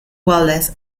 wallace